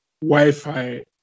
Wi-Fi